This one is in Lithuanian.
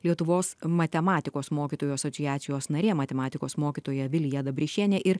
lietuvos matematikos mokytojų asociacijos narė matematikos mokytoja vilija dabrišienė ir